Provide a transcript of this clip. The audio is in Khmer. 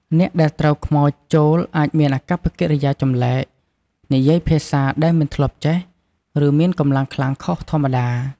អ្នកដែលត្រូវខ្មោចចូលអាចមានអាកប្បកិរិយាចម្លែក និយាយភាសាដែលមិនធ្លាប់ចេះ ឬមានកម្លាំងខ្លាំងខុសធម្មតា។